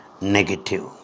negative